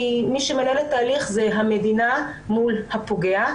כי מי שמנהל את ההליך זה המדינה מול הפוגע,